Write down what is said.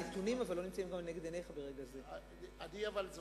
אני יכול לעזור לך.